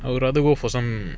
I would rather go for some